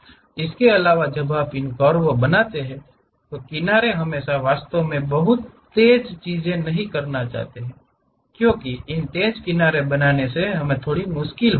तो इसके अलावा जब आप इन कर्व बनाते है तो किनारों पर हम वास्तव में बहुत तेज चीजें नहीं करना चाहते हैं इन तेज किनारों को बनाना हमेशा थोड़ा मुश्किल होता है